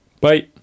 Bye